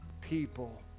people